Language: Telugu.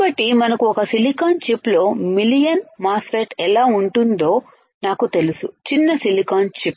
కాబట్టి మనకు ఒక సిలికాన్ చిప్లో మిలియన్ల మాస్ ఫెట్ ఎలా ఉంటుందో నాకు తెలుసు చిన్న సిలికాన్ చిప్